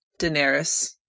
Daenerys